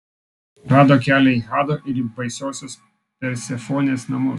rado kelią į hado ir į baisiosios persefonės namus